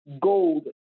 gold